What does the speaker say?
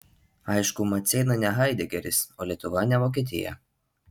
aišku maceina ne haidegeris o lietuva ne vokietija